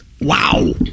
wow